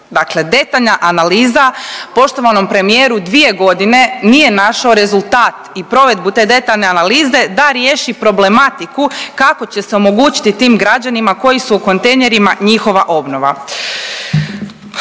dakle detaljna analiza poštovanom premijeru 2.g. nije našao rezultat i provedbu te detaljne analize da riješi problematiku kako će se omogućiti tim građanima koji su u kontejnerima njihova obnova.